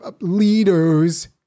leaders